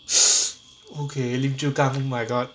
okay lim chu kang oh my god